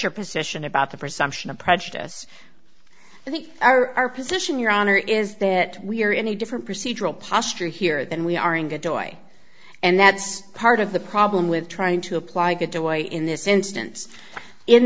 your position about the presumption of prejudice i think our position your honor is that we're in a different procedural posture here than we are in good boy and that's part of the problem with trying to apply get away in this instance in